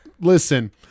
Listen